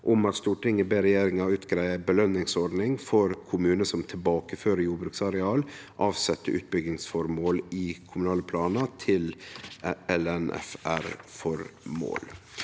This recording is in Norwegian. «Stortinget ber regjeringen utrede en belønningsordning for kommuner som tilbakefører jordbruksareal som er avsatt til utbyggingsformål i kommunale planer, til LNFR-formål.»